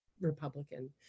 Republican